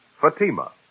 Fatima